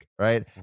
Right